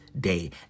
day